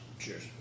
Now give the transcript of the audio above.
Cheers